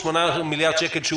8 מיליארד שקלים,